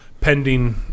Pending